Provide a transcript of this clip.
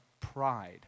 pride